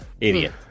Idiot